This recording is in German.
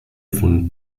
von